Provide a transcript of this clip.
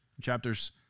chapters